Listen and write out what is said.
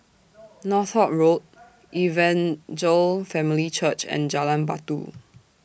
Northolt Road Evangel Family Church and Jalan Batu